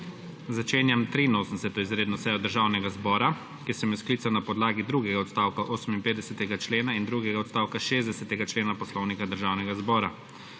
Začenjam 83. izredno sejo Državnega zbora, ki sem jo sklical na podlagi drugega odstavka 58. člena in drugega odstavka 60. člena Poslovnika Državnega zbora.